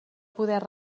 poder